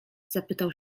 zapytał